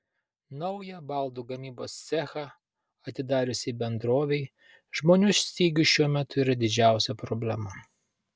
naują baldų gamybos cechą atidariusiai bendrovei žmonių stygius šiuo metu yra didžiausia problema